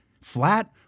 flat